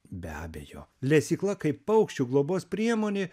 be abejo lesykla kaip paukščių globos priemonė